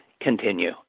continue